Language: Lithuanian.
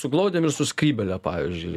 su glaudėm ir su skrybėle pavyzdžiui